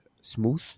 smooth